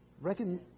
reckon